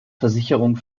versicherung